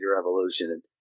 evolution